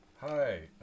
Hi